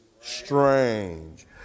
strange